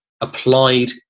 applied